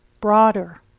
broader